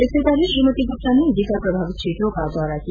इससे पहले श्रीमती गुप्ता ने जीका प्रभावित क्षेत्रों का दौरा किया